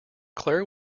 claire